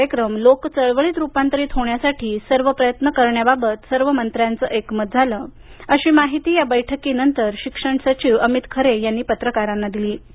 हा कार्यक्रम लोक चळवळीत रुपांतरीत होण्यासाठी प्रयत्न करण्याबाबत सर्व मंत्र्यांचं एकमत झालं अशी माहिती या बैठकीनंतर शिक्षण सचिव अमित खरे यांनी पत्रकारांना दिली